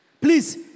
Please